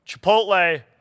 Chipotle